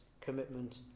commitment